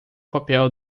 papel